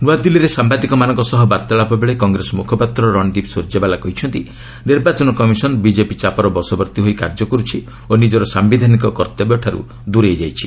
ନ୍ତଆଦିଲ୍ଲୀରେ ସାମ୍ଭାଦିକମାନଙ୍କ ସହ ବାର୍ତ୍ତାଳାପ ବେଳେ କଂଗ୍ରେସ ମୁଖପାତ୍ର ରଣଦୀପ ସୁରଜେୱାଲା କହିଛନ୍ତି ନିର୍ବାଚନ କମିଶନ୍ ବିକେପି ଚାପର ବଶବର୍ତ୍ତୀ ହୋଇ କାର୍ଯ୍ୟ କରୁଛି ଓ ନିକର ସାୟିଧାନିକ କର୍ତ୍ତବ୍ୟଠାରୁ ଦୂରେଇ ଯାଇଛି